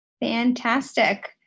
Fantastic